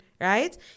right